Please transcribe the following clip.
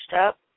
up